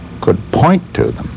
could point to them,